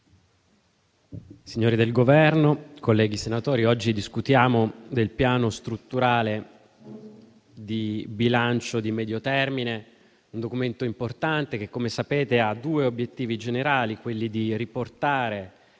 signori del Governo, colleghi senatori, oggi discutiamo del Piano strutturale di bilancio di medio termine, un documento importante che, come sapete, ha due obiettivi generali: riportare